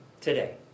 Today